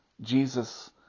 Jesus